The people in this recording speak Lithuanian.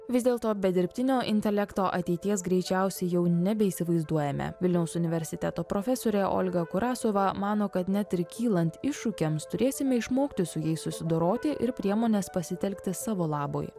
vis dėlto be dirbtinio intelekto ateities greičiausiai jau nebeįsivaizduojame vilniaus universiteto profesorė olga kurasova mano kad net ir kylant iššūkiams turėsime išmokti su jais susidoroti ir priemones pasitelkti savo labui